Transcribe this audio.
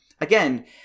again